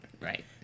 Right